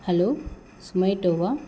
hello சொமேட்டோவா